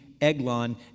Eglon